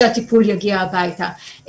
שהטיפול יגיע הביתה.